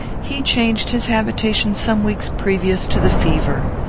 he changed his habitation some weeks previous to the fever.